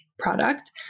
product